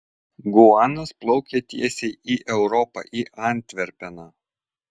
guanas plaukia tiesiai į europą į antverpeną